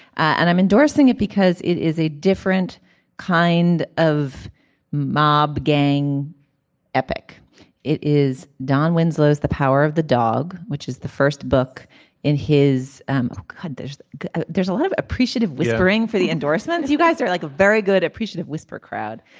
and i'm endorsing it because it is a different kind of mob gang epic it is. don winslow is the power of the dog which is the first book in his um head. there's there's a lot of appreciative whispering for the endorsement. you guys are like a very good appreciative whisper crowd.